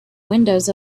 windows